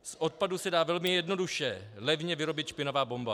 Z odpadu se dá velmi jednoduše levně vyrobit špinavá bomba.